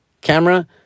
Camera